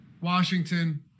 Washington